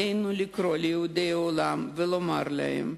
עלינו לקרוא ליהודי העולם ולומר להם: